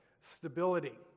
stability